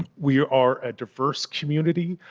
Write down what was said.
we are a diverse community.